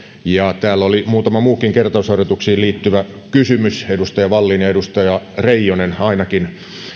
ja täällä oli muutama muukin kertausharjoituksiin liittyvä kysymys edustaja wallinilta ja edustaja reijoselta ainakin